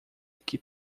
que